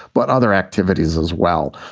but other activities as well.